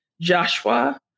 Joshua